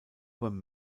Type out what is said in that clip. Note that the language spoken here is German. beim